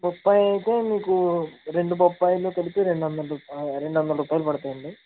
బొప్పాయి అయితే మీకు రెండు బొప్పాయిలు కలిపి రెండు వందలు రూపా రెండు వందలు రూపాయలు పడుతాయండి